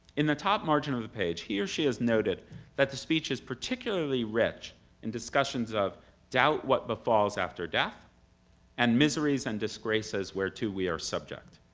in the top margin of the page, he or she has noted that the speech is particularly rich in discussions of doubt what befalls after death and miseries and disgraces where to we are subject.